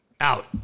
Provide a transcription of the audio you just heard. Out